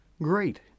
Great